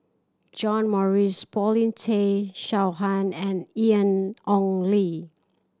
John Morrice Paulin Tay Straughan and Ian Ong Li